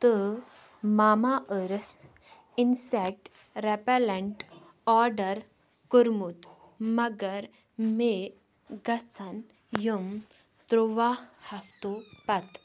تہٕ Mamaearth insect repellent order کوٚرمُت مگر مےٚ گژھَن یِم تُرٛواہ ہفتو پتہٕ